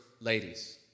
ladies